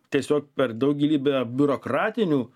tiesiog per daugybę biurokratinių